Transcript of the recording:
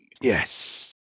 Yes